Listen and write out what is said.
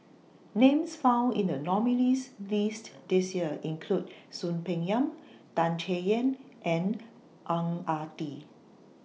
Names found in The nominees' list This Year include Soon Peng Yam Tan Chay Yan and Ang Ah Tee